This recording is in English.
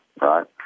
right